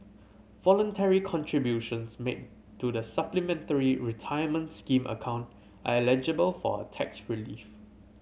voluntary contributions made to the Supplementary Retirement Scheme account are eligible for a tax relief